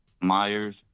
Myers